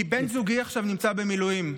כי בן זוגי עכשיו נמצא במילואים,